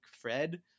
Fred